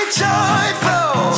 joyful